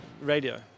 radio